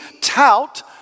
tout